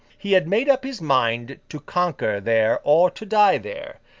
he had made up his mind to conquer there or to die there,